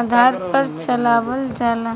आधार पर चलावल जाला